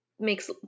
makes